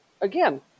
again